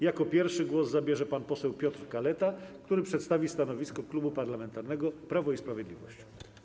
Jako pierwszy głos zabierze pan poseł Piotr Kaleta, który przedstawi stanowisko Klubu Parlamentarnego Prawo i Sprawiedliwość.